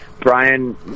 Brian